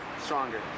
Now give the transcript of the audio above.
stronger